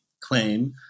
claim